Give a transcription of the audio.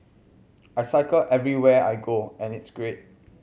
I cycle everywhere I go and it's great